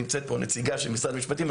נמצאת פה נציגה של משרד המשפטים.